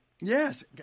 Yes